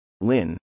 Lin